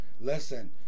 Listen